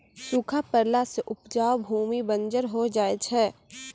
सूखा पड़ला सें उपजाऊ भूमि बंजर होय जाय छै